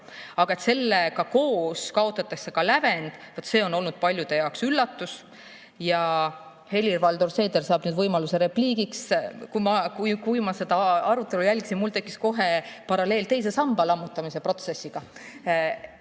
see, et sellega koos kaotatakse ka lävend, on olnud paljude jaoks üllatus. Helir-Valdor Seeder saab nüüd võimaluse repliigiks. Kui ma seda arutelu jälgisin, tekkis mul kohe paralleel teise samba lammutamise protsessiga.